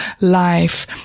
life